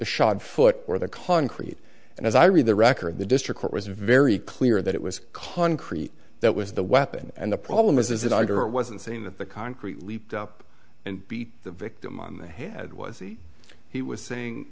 shod foot or the concrete and as i read the record the district court was very clear that it was concrete that was the weapon and the problem is that either it wasn't saying that the concrete leaped up and beat the victim on the head was he was saying